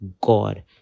God